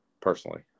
personally